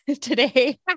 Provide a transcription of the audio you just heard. today